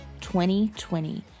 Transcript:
2020